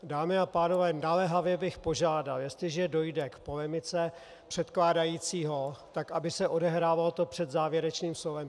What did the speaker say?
Dámy a pánové, naléhavě bych požádal, jestliže dojde k polemice předkládajícího, tak aby se to odehrávalo před závěrečným slovem.